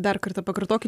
dar kartą pakartokit